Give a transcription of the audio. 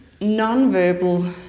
non-verbal